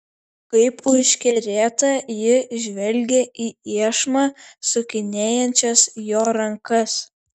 kaip užkerėta ji žvelgė į iešmą sukinėjančias jo rankas